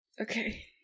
Okay